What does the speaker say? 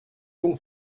donc